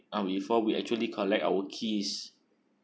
uh before we actually collect our keys